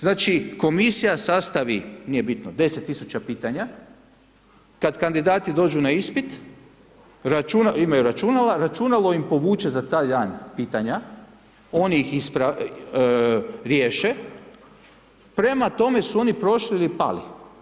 Znači, Komisija sastavi, nije bitno, 10 000 pitanja, kad kandidati dođu na ispit, imaju računala, računalo im povuče za taj dan pitanja, oni ih riješe, prema tome su oni prošli ili pali.